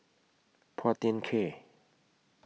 Phua Thin Kiay